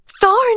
Thorn